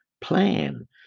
plan